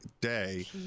day